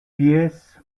pies